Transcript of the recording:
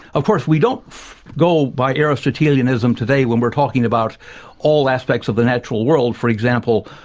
of course we don't go by aristotelianism today when we're talking about all aspects of the natural world for example,